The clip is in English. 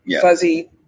fuzzy